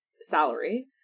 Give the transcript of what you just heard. salary